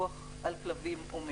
סעיף זה אומר: